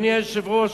אדוני היושב-ראש?